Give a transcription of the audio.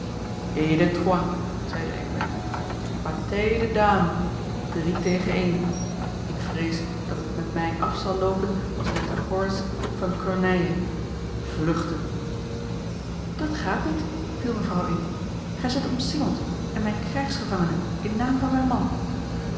bataille de dames drie tegen een ik vrees dat het met mij af zal loopen als met den horace van corneille vluchten dat gaat niet viel mevrouw in gij zijt omsingeld en mijn krijgsgevangene in naam van mijn man